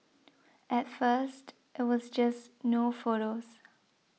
at first it was just no photos